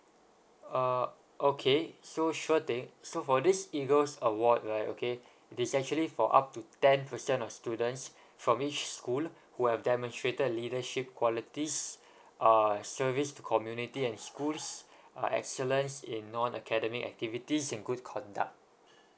uh okay so sure thing so for this EAGLES award right okay this actually for up to ten percent of students from each school who have demonstrated leadership qualities uh service to community and schools uh excellence in non academic activities and good conduct